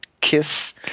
kiss